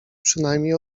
przynajmniej